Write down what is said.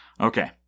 Okay